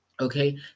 Okay